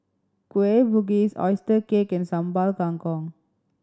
Kueh Bugis oyster cake and Sambal Kangkong